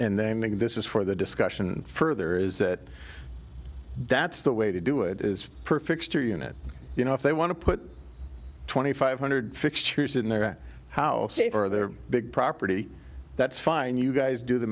make this is for the discussion further is that that's the way to do it is perfect or unit you know if they want to put twenty five hundred fixtures in their house for their big property that's fine you guys do the